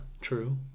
true